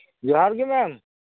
ᱡᱚᱦᱟᱸᱨ ᱜᱮ ᱢᱮᱢ